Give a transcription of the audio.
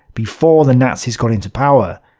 before the nazis got into power,